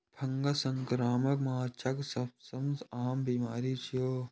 fungus संक्रमण माछक सबसं आम बीमारी छियै